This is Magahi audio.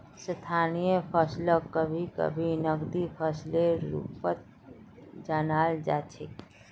स्थायी फसलक कभी कभी नकदी फसलेर रूपत जानाल जा छेक